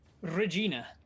Regina